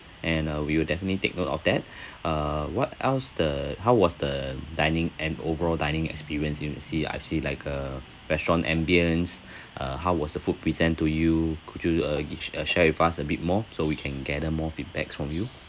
and uh we will definitely take note of that uh what else the how was the dining and overall dining experience you want to see I've see like uh restaurant ambience uh how was the food present to you could you uh gish~ uh share with us a bit more so we can gather more feedbacks from you